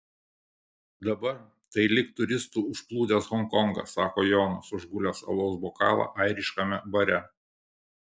dabar tai lyg turistų užplūdęs honkongas sako jonas užgulęs alaus bokalą airiškame bare